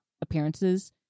appearances